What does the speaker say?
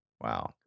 Wow